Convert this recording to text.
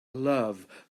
love